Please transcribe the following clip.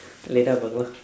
later will go